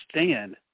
understand